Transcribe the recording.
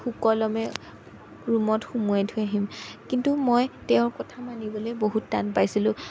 সুকলমে ৰুমত সুমুৱাই থৈ আহিম কিন্তু মই তেওঁৰ কথা মানিবলৈ বহুত টান পাইছিলোঁ